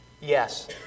Yes